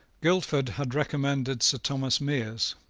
guildford had recommended sir thomas meres,